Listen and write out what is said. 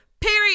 Period